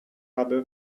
habe